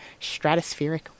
Stratospheric